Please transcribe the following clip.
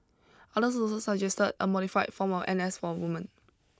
others also suggested a modified form of N S for women